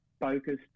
focused